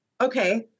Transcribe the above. okay